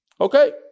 okay